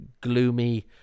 gloomy